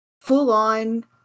full-on